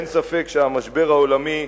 ואין ספק שהמשבר העולמי,